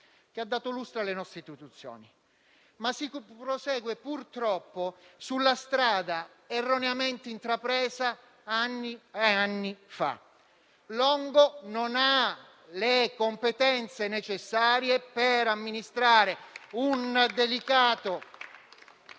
che ha dato lustro alle nostre istituzioni. Si prosegue però, purtroppo, sulla strada erroneamente intrapresa anni e anni fa: Longo non ha le competenze necessarie per amministrare un settore